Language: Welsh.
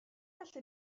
gallu